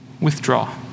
withdraw